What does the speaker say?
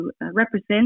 represent